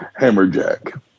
Hammerjack